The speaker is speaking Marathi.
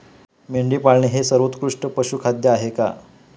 मेंढी पाळणे हे सर्वोत्कृष्ट पशुखाद्य आहे का?